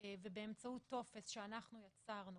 ובאמצעות טופס שאנחנו יצרנו,